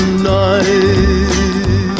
tonight